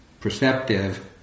perceptive